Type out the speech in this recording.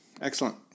Excellent